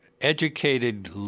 educated